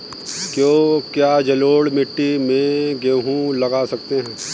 क्या जलोढ़ मिट्टी में गेहूँ लगा सकते हैं?